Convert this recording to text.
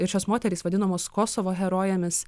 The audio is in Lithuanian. ir šios moterys vadinamos kosovo herojėmis